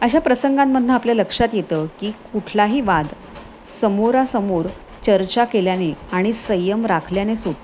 अशा प्रसंगांमधून आपल्या लक्षात येतं की कुठलाही वाद समोरासमोर चर्चा केल्याने आणि संयम राखल्याने सुटतो